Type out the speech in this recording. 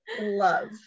Love